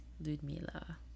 Ludmila